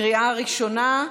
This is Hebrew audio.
קריאה ראשונה.